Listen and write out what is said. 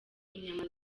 inyama